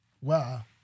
Wow